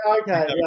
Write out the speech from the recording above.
Okay